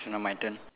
so now my turn